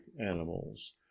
animals